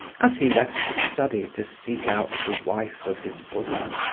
as he left the study to seek out the wife of his bosom.